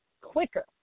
quicker